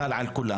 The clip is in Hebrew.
חל על כולם,